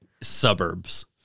suburbs